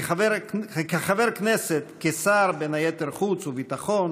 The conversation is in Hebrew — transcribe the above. כחבר כנסת, כשר, בין היתר, חוץ וביטחון,